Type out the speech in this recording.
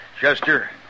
Chester